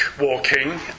walking